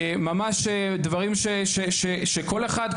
ממש דברים שכל אחד,